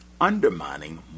undermining